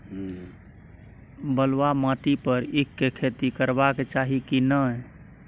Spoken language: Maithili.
बलुआ माटी पर ईख के खेती करबा चाही की नय?